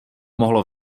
mohlo